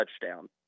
touchdown